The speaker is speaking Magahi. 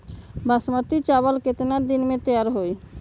बासमती चावल केतना दिन में तयार होई?